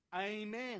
Amen